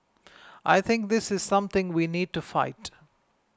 I think this is something we need to fight